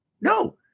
No